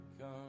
come